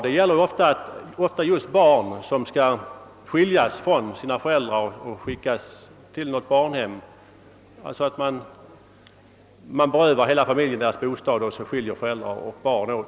Det gäller ofta barn som skall skiljas från sina föräldrar och skickas till något barnhem. Hela familjen berövas alltså bostaden, och barn och föräldrar skils åt.